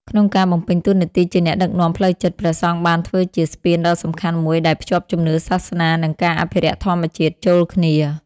ក្នុងការបំពេញតួនាទីជាអ្នកដឹកនាំផ្លូវចិត្ត ព្រះសង្ឃបានធ្វើជា ស្ពានដ៏សំខាន់មួយដែលភ្ជាប់ជំនឿសាសនា និងការអភិរក្សធម្មជាតិ ចូលគ្នា។